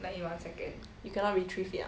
you cannot retrieve it ah